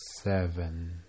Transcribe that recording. seven